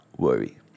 worry